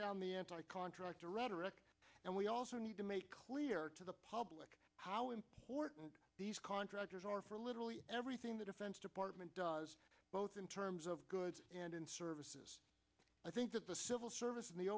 down the anti contractor rhetoric and we also need to make clear to the public how important these contractors are for literally everything the defense department does both in terms of goods and in services i think that the civil service in the